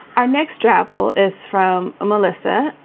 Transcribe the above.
our next travel is from melissa,